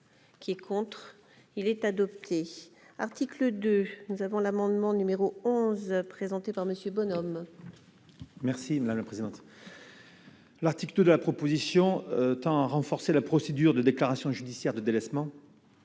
qui est contre, il est adopté, article 2 nous avons l'amendement numéro 11 présenté par Monsieur Bonhomme. Merci la la présidente. L'article de la proposition tant à renforcer la procédure de déclaration judiciaire de délaissement